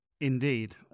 Indeed